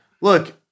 Look